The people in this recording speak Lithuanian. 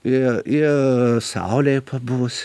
ir ir saulėje pabuvus